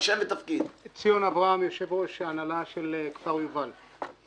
ציון אברהם, יושב-ראש ההנהלה של כפר יובל.